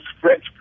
French